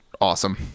awesome